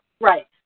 Right